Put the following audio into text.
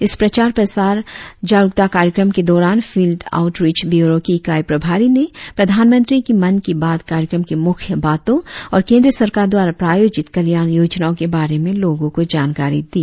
इस प्रसार प्रचार जागरुकता कार्यक्रम के दौरान फिल्ड आऊटरिच ब्युरो के इकाई प्रभारी ने प्रधानमंत्री की मन की बात कार्यक्रम की मुख्य बातो और केंद्रीय सरकार द्वारा प्रायोजित कल्याण योजनाओं के बारे में लोगो को जानकारी दी